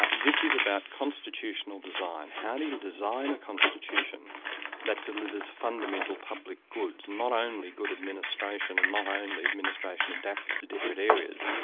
this is about constitutional design. how do you design a constitution that delivers fundamental public goods? not only good administration and not only administration adapted to different areas,